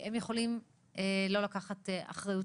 הם היו יכולים לא כל כך לקחת אחריות,